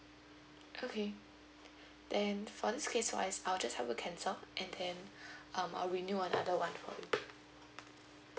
okay then for this case wise I'll just help you cancel and then um I'll renew another one for you